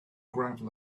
gravel